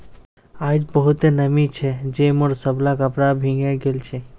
आइज बहुते नमी छै जे मोर सबला कपड़ा भींगे गेल छ